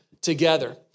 together